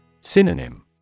Synonym